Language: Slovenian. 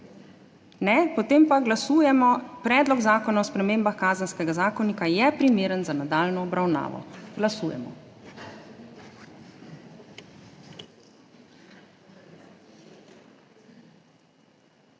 Ne. Potem pa glasujemo: Predlog zakona o spremembah Kazenskega zakonika je primeren za nadaljnjo obravnavo. Glasujemo.